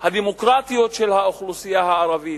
הדמוקרטיות של האוכלוסייה הערבית,